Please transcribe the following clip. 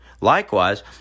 Likewise